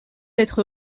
être